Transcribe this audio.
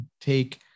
take